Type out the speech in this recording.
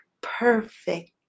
perfect